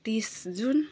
तिस जुन